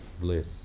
bliss